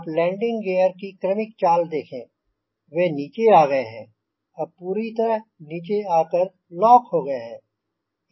आप landing gear की क्रमिक चाल देखें वे नीचे आ गए हैं और अब पूरी तरह नीचे आकर लॉक हो गए हैं